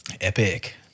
Epic